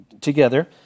together